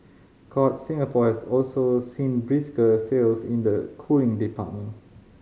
courts Singapore has also seen brisker sales in the cooling department